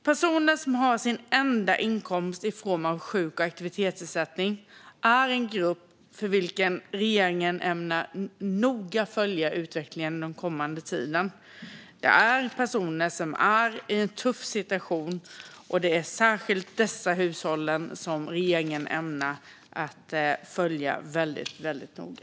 Personer som har sin enda inkomst i form av sjuk och aktivitetsersättning är en grupp för vilken regeringen ämnar noga följa utvecklingen den kommande tiden. Det är personer som är i en tuff situation, och det är särskilt dessa hushåll som regeringen ämnar följa väldigt noga.